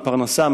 מפרנסה,